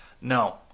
no